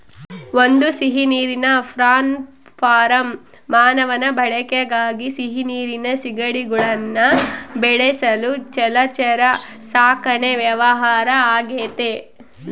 ಒಂದು ಸಿಹಿನೀರಿನ prawn farm ಮಾನವನ ಬಳಕೆಗಾಗಿ ಸಿಹಿನೀರಿನ ಸೀಗಡಿಗುಳ್ನ ಬೆಳೆಸಲು ಜಲಚರ ಸಾಕಣೆ ವ್ಯವಹಾರ ಆಗೆತೆ